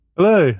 Hello